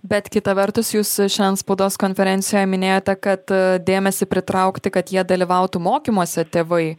bet kita vertus jūs šiandien spaudos konferencijoj minėjote kad dėmesį pritraukti kad jie dalyvautų mokymuose tėvai